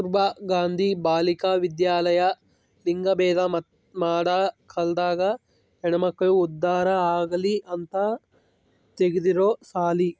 ಕಸ್ತುರ್ಭ ಗಾಂಧಿ ಬಾಲಿಕ ವಿದ್ಯಾಲಯ ಲಿಂಗಭೇದ ಮಾಡ ಕಾಲ್ದಾಗ ಹೆಣ್ಮಕ್ಳು ಉದ್ದಾರ ಆಗಲಿ ಅಂತ ತೆಗ್ದಿರೊ ಸಾಲಿ